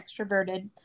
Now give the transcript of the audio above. extroverted